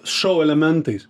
šou elementais